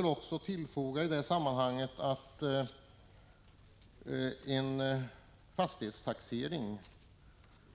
I detta sammanhang kan man tillfoga att en fastighetstaxering